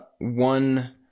one